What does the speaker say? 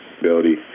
ability